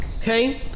Okay